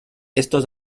estos